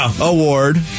award